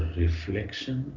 reflection